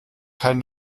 kein